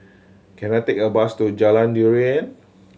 can I take a bus to Jalan Durian